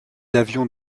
avions